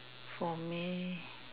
for me